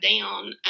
down